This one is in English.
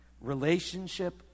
relationship